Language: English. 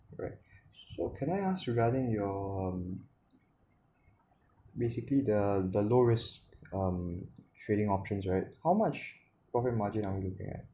alright so can I ask regarding your um basically the the low risk um trading options right how much profit margin are we looking at